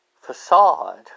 facade